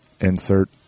Insert